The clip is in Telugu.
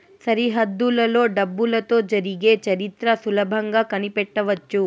సరిహద్దులలో డబ్బులతో జరిగే చరిత్ర సులభంగా కనిపెట్టవచ్చు